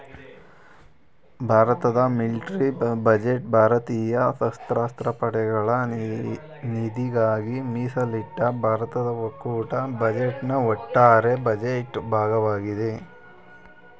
ಭಾರತದ military budget ಭಾರತೀಯ ಸಶಸ್ತ್ರ ಪಡೆಗಳ ನಿಧಿಗಾಗಿ ಮೀಸಲಿಟ್ಟ ಭಾರತದ ಒಕ್ಕೂಟ ಬಜೆಟ್ನ ಒಟ್ಟಾರೆ ಬಜೆಟ್ ಭಾಗವಾಗಿದೆ